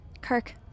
Kirk